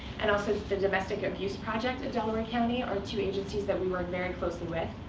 and also the domestic abuse project of delaware county, are two agencies that we work very closely with.